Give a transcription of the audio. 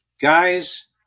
guys